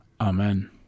Amen